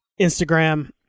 Instagram